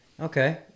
okay